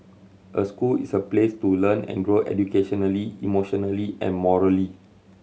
a school is a place to learn and grow educationally emotionally and morally